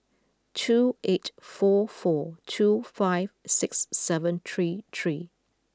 two eight four four two five six seven three three